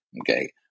okay